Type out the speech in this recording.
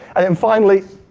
ah and finally,